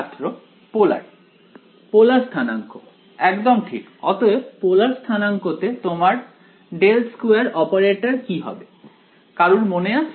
ছাত্র polar polar স্থানাংক একদম ঠিক অতএব পোলার স্থানাংকতে তোমার ∇2 অপারেটর কি হবে কারুর মনে আছে